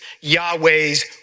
Yahweh's